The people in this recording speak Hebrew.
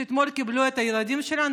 שאתמול קיבלו את הילדים שלנו,